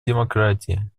демократия